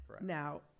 Now